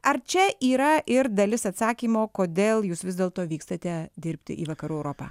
ar čia yra ir dalis atsakymo kodėl jūs vis dėlto vykstate dirbti į vakarų europą